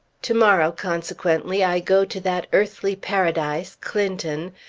to-morrow, consequently, i go to that earthly paradise, clinton,